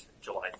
July